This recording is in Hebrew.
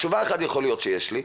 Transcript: תשובה אחת יכול להיות שיש לי,